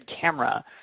camera